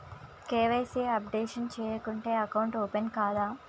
KYC updation చేయకుంటే account open కాదా?